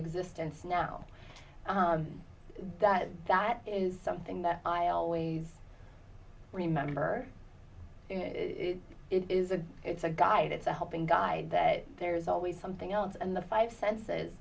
existence now that that is something that i always remember it is a it's a guide it's a helping guide that there is always something else and the five senses